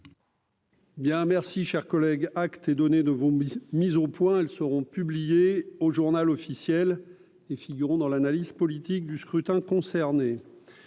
merci, cher collègue, acte et donné de vos mise au point, elles seront publiés au Journal officiel et figurant dans l'analyse politique du scrutin concernés,